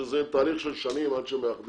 שזה תהליך של שנים עד שמאחדים,